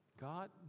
god